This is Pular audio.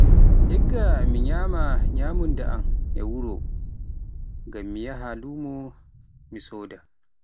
Igga min nyama nymunda am e wuro ngam mi yahaa lumo mi soda.